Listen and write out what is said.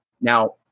Now